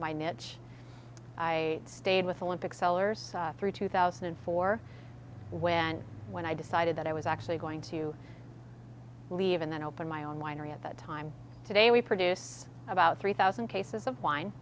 my niche i stayed with olympic cellars through two thousand and four when when i decided that i was actually going to leave and then open my own winery at that time today we produce about three thousand cases of wine